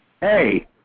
Hey